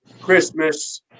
Christmas